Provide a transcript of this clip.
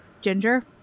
Ginger